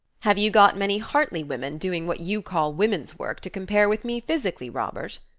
have you got many hartley women, doing what you call women's work, to compare with me physically, robert?